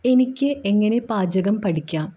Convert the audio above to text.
എനിക്ക് എങ്ങനെ പാചകം പഠിക്കാം